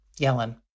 Yellen